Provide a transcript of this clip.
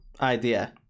idea